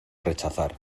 rechazar